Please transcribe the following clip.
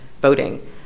voting